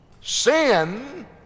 Sin